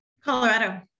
colorado